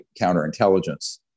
counterintelligence